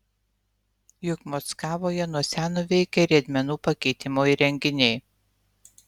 juk mockavoje nuo seno veikia riedmenų pakeitimo įrenginiai